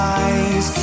eyes